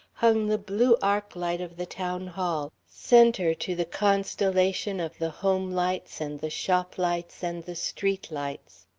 hung the blue arc light of the town hall, center to the constellation of the home lights and the shop lights and the street lights.